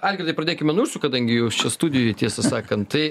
algirdai pradėkime nuo jūsų kadangi jūs čia studijoj tiesą sakant tai